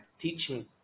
teaching